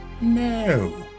No